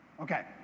Okay